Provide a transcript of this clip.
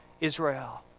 Israel